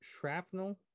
shrapnel